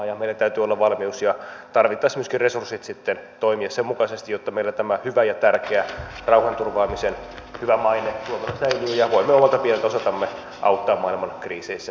meillä täytyy olla valmius ja tarvittaessa myöskin resurssit sitten toimia sen mukaisesti jotta meillä tämä tärkeä rauhanturvaamisen hyvä maine säilyy ja voimme omalta pieneltä osaltamme auttaa maailman kriiseissä